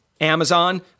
Amazon